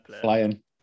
Flying